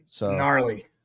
Gnarly